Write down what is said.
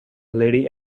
lady